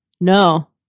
no